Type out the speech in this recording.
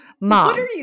Mom